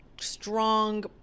strong